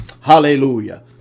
Hallelujah